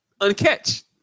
Uncatch